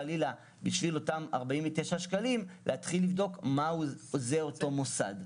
חלילה לבדוק מהו אותו מוסד.